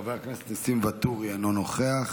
חבר הכנסת ניסים ואטורי, אינו נוכח,